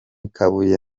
kabuye